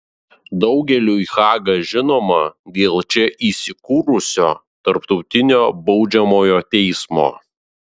daugeliui haga žinoma dėl čia įsikūrusio tarptautinio baudžiamojo teismo